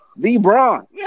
LeBron